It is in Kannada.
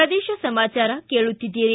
ಪ್ರದೇಶ ಸಮಾಚಾರ ಕೇಳುತ್ತೀದ್ದಿರಿ